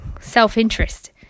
self-interest